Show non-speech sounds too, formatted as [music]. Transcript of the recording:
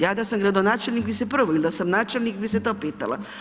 Ja da sam gradonačelnik bi se ... [unintelligible] ili da sam načelnik bi se to pitala.